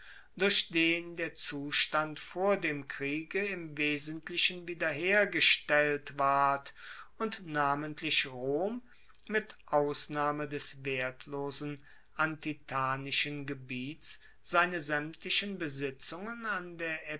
durch den der zustand vor dem kriege im wesentlichen wiederhergestellt ward und namentlich rom mit ausnahme des wertlosen atintanischen gebiets seine saemtlichen besitzungen an der